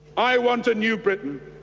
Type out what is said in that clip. i want a new britain,